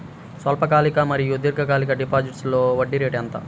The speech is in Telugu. స్వల్పకాలిక మరియు దీర్ఘకాలిక డిపోజిట్స్లో వడ్డీ రేటు ఎంత?